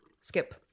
Skip